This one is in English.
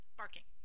barking